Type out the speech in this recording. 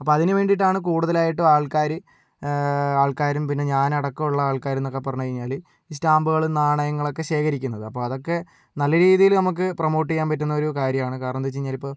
അപ്പോൾ അതിനു വേണ്ടിയിട്ടാണ് കൂടുതലായിട്ടും ആൾക്കാർ ആൾക്കാരും പിന്നെ ഞാനടക്കമുള്ള ആൾക്കാരെന്നൊക്കെ പറഞ്ഞു കഴിഞ്ഞാൽ ഈ സ്റ്റാമ്പുകളും നാണയങ്ങളൊക്കെ ശേഖരിക്കുന്നത് അപ്പോൾ അതൊക്കെ നല്ല രീതിയിൽ നമ്മൾക്ക് പ്രമോട്ട് ചെയ്യാൻ പറ്റുന്ന ഒരു കാര്യമാണ് കാരണം എന്താണെന്നു വച്ച് കഴിഞ്ഞാൽ ഇപ്പോൾ